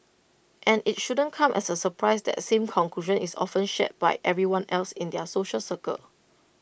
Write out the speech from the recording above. and IT shouldn't come as A surprise that same conclusion is often shared by everyone else in their social circle